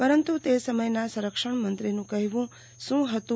પરંતુ તે સમયના સંરક્ષણમંત્રીનું કહેવું શું હતું